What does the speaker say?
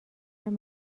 طول